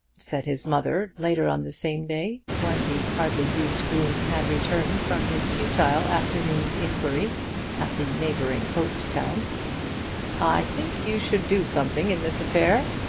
said his mother, later on the same day when the hardly-used groom had returned from his futile afternoon's inquiry at the neighbouring post-town i think you should do something in this affair.